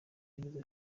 yagize